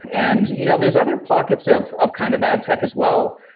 and you know there's other pockets of of kind of ad tech as well.